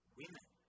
women